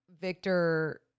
Victor